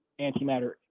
antimatter